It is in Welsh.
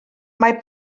mae